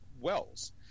Wells